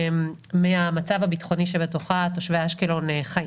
מהמצב הביטחוני שבו תושבי אשקלון חיים.